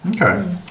Okay